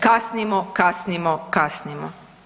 Kasnimo, kasnimo, kasnimo.